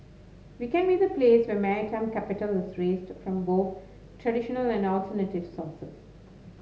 we can be the place where maritime capital is raised from traditional and alternative sources